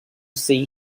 see